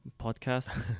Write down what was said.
podcast